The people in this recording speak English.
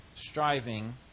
striving